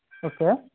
okay